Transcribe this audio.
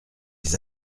des